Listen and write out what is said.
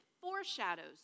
foreshadows